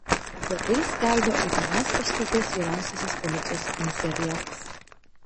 apie tai skelbia utenos apskrities vyriausiasis policijos komisariatas